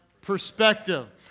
perspective